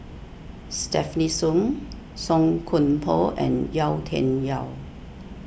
Stefanie Sun Song Koon Poh and Yau Tian Yau